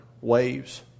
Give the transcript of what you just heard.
waves